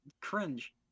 cringe